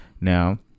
Now